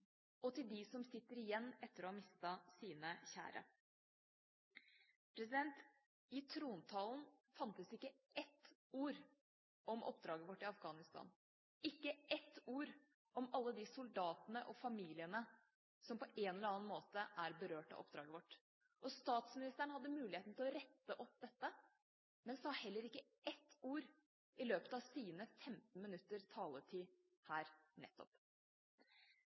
og til dem som sitter igjen etter å ha mistet sine kjære. I trontalen fantes det ikke ett ord om oppdraget vårt i Afghanistan, ikke ett ord om alle de soldatene og familiene som på en eller annen måte er berørt av oppdraget vårt. Statsministeren hadde muligheten til å rette opp dette, men sa heller ikke ett ord i løpet av sin 15 minutters taletid her nettopp.